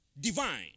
Divine